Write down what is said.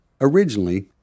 Originally